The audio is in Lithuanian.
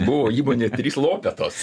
buvo įmonė trys lopetos